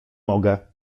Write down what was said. mogę